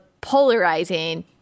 polarizing